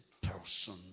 person